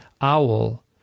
owl